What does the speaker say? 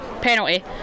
penalty